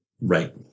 Right